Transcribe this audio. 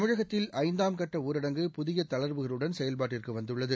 தமிழகத்தில் ஐந்தாம் கட்ட ஊரடங்கு புதிய தளங்வுகளுடன் செயல்பாட்டுக்கு வந்துள்ளது